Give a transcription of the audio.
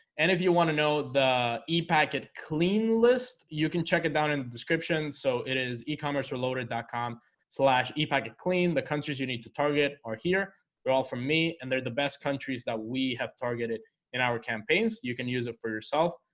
and if you want to know the a packet clean list, you can check it down in the description so it is ecommerce reloaded comm so like e packet clean the countries you need to target are here they're all from me and they're the best countries that we have targeted in our campaigns you can use it for yourself.